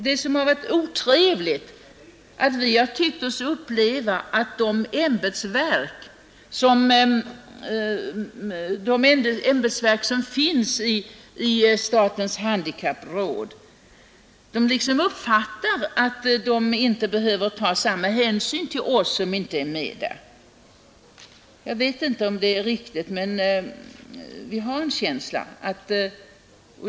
Det som har varit otrevligt är, att vi har tyckt oss uppleva, att de ämbetsverk, som är representerade i statens handikappråd, anser att de inte behöver ta samma hänsyn till oss som inte är med där. Jag vet inte om det är så, men vi har den känslan.